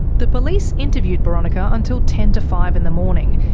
the police interviewed boronika until ten to five in the morning,